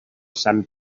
sant